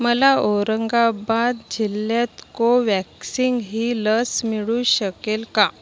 मला औरंगाबाद जिल्ह्यात कोव्हॅक्सिंग ही लस मिळू शकेल का